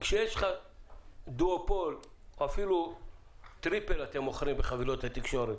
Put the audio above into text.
כשיש לך דואופול או אפילו טריפל שאתם מוכרים בחבילות התקשורת,